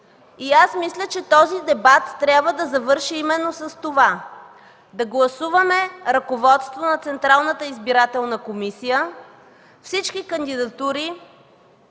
И аз мисля, че този дебат трябва да завърши именно с това – да гласуваме ръководство на Централната избирателна комисия. Всички кандидатури